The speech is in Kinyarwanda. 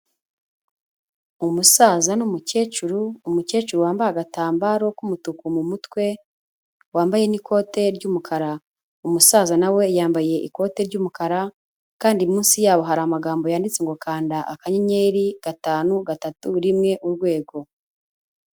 Umusaza n'umukecuru, umukecuru wambaye agatambaro k'umutuku mu mutwe, wambaye n'ikote ry'umukara, umusaza nawe yambaye ikote ry'umukara, kandi munsi yabo hari amagambo yanditse ngo kanda akannyeri gatanu, gatatu, rimwe, urwego